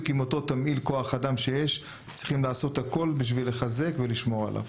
עם תמהיל כוח האדם שיש צריך לעשות הכל בשביל לחזק ולשמור עליו.